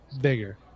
bigger